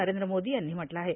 नरेंद्र मोदी यांनी म्हटलं आहे